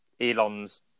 Elon's